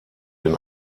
den